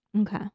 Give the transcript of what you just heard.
Okay